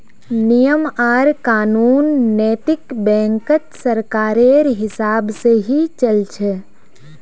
नियम आर कानून नैतिक बैंकत सरकारेर हिसाब से ही चल छ